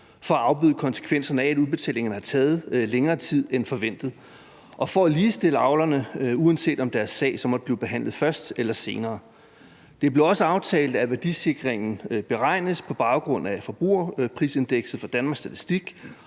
for at afbøde konsekvenserne af, at udbetalingerne har taget længere tid end forventet, og for at ligestille avlerne, uanset om deres sag så måtte blive behandlet først eller senere. Det blev også aftalt, at værdisikringen beregnes på baggrund af forbrugerprisindekset fra Danmarks Statistik,